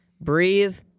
Breathe